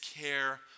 care